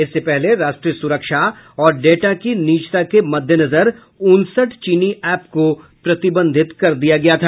इससे पहले राष्ट्रीय सुरक्षा और डाटा की निजता के मद्देनजर उनसठ चीनी एप को प्रतिबंधित किया गया था